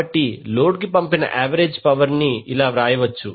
కాబట్టి లోడ్కి పంపిన యావరేజ్ పవర్ ని వ్రాయవచ్చు